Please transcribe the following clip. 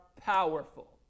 powerful